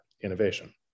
innovation